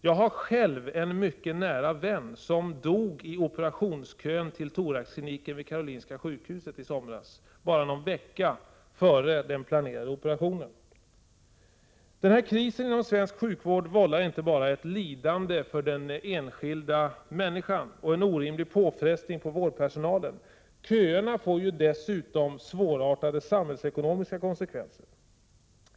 Jag har själv en mycket nära vän som dog i operationskön till thoraxkliniken vid Karolinska sjukhuset i somras bara någon vecka före den planerade operationen. Den här krisen inom svensk sjukvård vållar inte bara ett lidande för den enskilda människan och en orimlig påfrestning på vårdpersonalen, utan köerna får dessutom svårartade samhällsekonomiska konsekvenser.